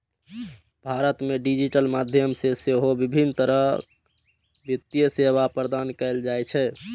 भारत मे डिजिटल माध्यम सं सेहो विभिन्न तरहक वित्तीय सेवा प्रदान कैल जाइ छै